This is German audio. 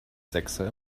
sechser